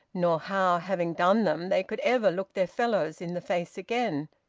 nor how, having done them, they could ever look their fellows in the face again.